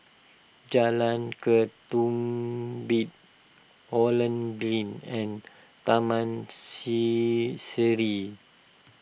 Jalan Ketumbit Holland Green and Taman see Sireh